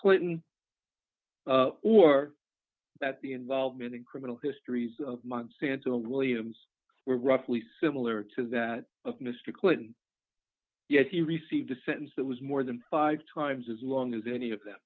clinton or that the involvement in criminal histories of monsanto williams were roughly similar to that of mr clinton yet he received a sentence that was more than five times as long as any of th